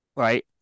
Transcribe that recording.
Right